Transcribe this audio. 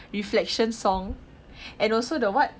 reflection song and also the what